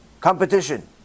Competition